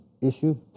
issue